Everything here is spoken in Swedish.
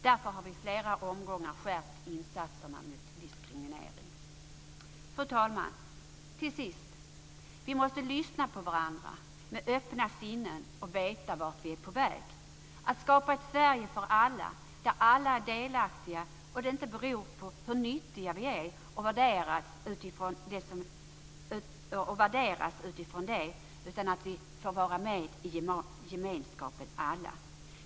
Därför har vi i flera omgångar skärpt insatserna mot diskriminering. Fru talman! Till sist vill jag säga att vi måste lyssna på varandra med öppna sinnen och veta vart vi är på väg. Vi måste skapa ett Sverige för alla där alla är delaktiga och får vara med i gemenskapen oberoende av hur nyttiga vi är.